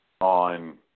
On